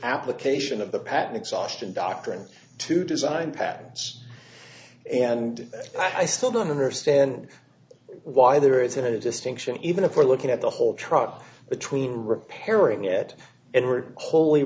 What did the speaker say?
application of the patent exhaustion doctrine to design patents and i still don't understand why there isn't a distinction even if we're looking at the whole truck between repairing it and were whol